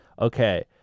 okay